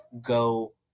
go